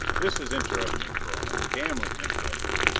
this is interesting, perona. damnably interesting.